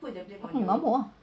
mengamuk ah